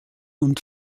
und